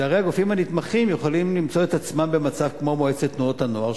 שהרי הגופים הנתמכים יכולים למצוא את עצמם במצב כמו מועצת תנועות הנוער,